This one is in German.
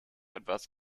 etwas